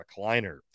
recliner